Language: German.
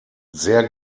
sehr